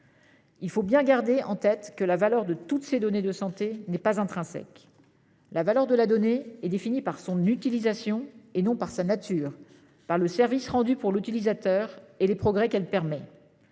Il faut bien garder en tête que la valeur de toutes ces données de santé n'est pas intrinsèque. La valeur de la donnée est définie par son utilisation, et non par sa nature, par le service rendu pour l'utilisateur, et les progrès qu'elle permet.